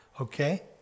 Okay